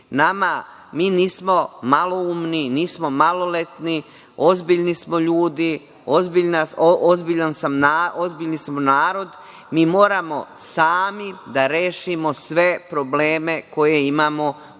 mi nismo maloumni, nismo maloletni, ozbiljni smo ljudi, ozbiljan smo narod. Mi moramo sami da rešimo sve probleme koje imamo unutar